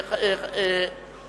אנחנו